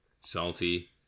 salty